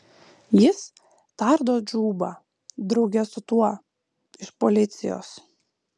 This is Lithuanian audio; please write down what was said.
jis tardo džubą drauge su tuo iš policijos